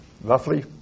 roughly